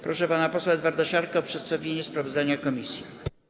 Proszę pana posła Edwarda Siarkę o przedstawienie sprawozdania komisji.